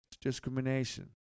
discrimination